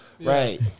Right